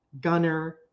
Gunner